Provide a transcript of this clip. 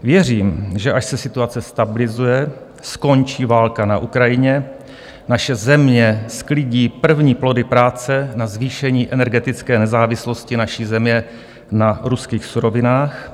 Věřím, že až se situace stabilizuje, skončí válka na Ukrajině, naše země sklidí první plody práce na zvýšení energetické nezávislosti naší země na ruských surovinách;